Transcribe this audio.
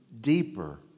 deeper